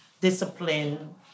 discipline